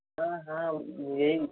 हाँ हाँ यही